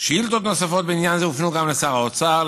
שאילתות נוספות בעניין זה הופנו גם לשר האוצר,